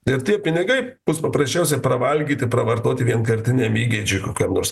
ir tie pinigai bus paprasčiausiai pravalgyti pravartoti vienkartiniam įgeidžiui kokiam nors